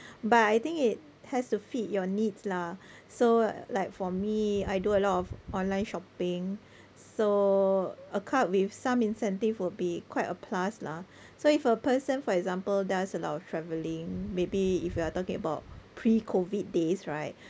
but I think it has to fit your needs lah so like for me I do a lot of online shopping so a card with some incentive will be quite a plus lah so if a person for example does a lot of traveling maybe if you are talking about pre-COVID days right